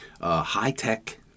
high-tech